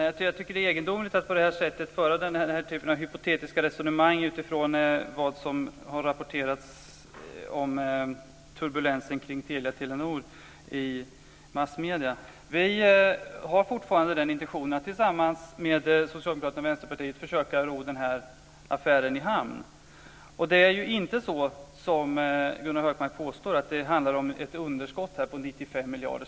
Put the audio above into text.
Fru talman! Det är egendomligt att föra den typen av hypotetiska resonemang utifrån vad som har rapporterats kring turbulensen med Telia-Telenor i massmedierna. Vi har fortfarande intentionen att tillsammans med Socialdemokraterna och Vänsterpartiet försöka ro affären i hamn. Det handlar inte, som Gunnar Hökmark påstår, om ett underskott på 95 miljarder.